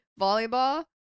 volleyball